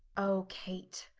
o kate,